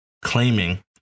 claiming